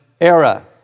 era